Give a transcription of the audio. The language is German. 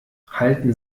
halten